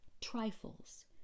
Trifles